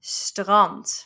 strand